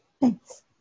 Thanks